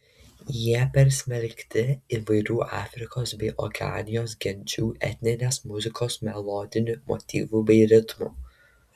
jie persmelkti įvairių afrikos bei okeanijos genčių etninės muzikos melodinių motyvų bei ritmų